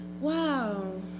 wow